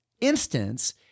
instance